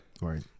Right